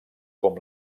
com